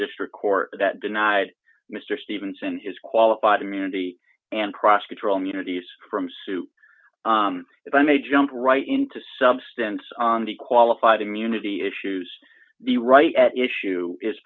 district court that denied mr stevenson his qualified immunity and prosecutor on unities from soup if i may jump right into substance on the qualified immunity issues the right at issue is